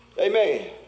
Amen